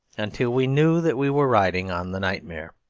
until we knew that we were riding on the nightmare.